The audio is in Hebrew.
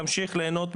תמשיך להנות,